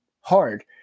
hard